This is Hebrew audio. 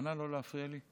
את מוכנה לא להפריע לי?